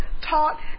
taught